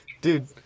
Dude